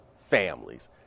families